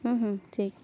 ᱦᱮᱸ ᱦᱮᱸ ᱴᱷᱤᱠ